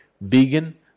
vegan